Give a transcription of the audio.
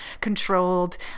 controlled